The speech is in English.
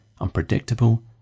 unpredictable